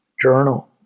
journal